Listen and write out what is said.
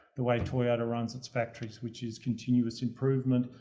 the way toyota runs its factories, which is continuous improvement,